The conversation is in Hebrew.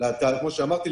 כמו שאמרתי,